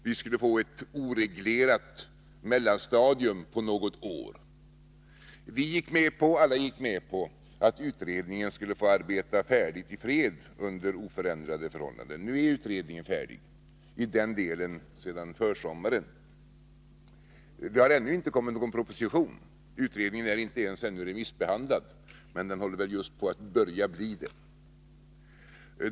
Vi skulle få ett oreglerat mellanstadium på något år. Vi och alla andra gick med på att utredningen skulle få slutföra sitt arbete i fred under oförändrade förhållanden. Nu är utredningen i den delen färdig sedan försommaren, men det har ännu inte kommit någon proposition. Utredningen är ännu inte ens remissbehandlad, men den börjar visst bli det.